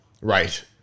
right